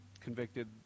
convicted